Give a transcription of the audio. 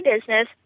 business